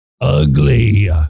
ugly